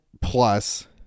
plus